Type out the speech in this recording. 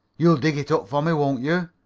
you'll dig it up for me, won't you?